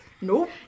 Nope